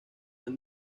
han